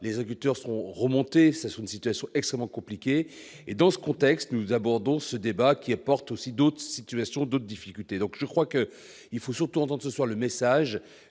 les auditeurs sont remontés ça sur une situation extrêmement compliqué et dans ce contexte nous abordons ce débat qui apporte aussi d'autres situations d'autres difficultés, donc je crois que il faut surtout entendent ce soir le message